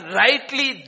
rightly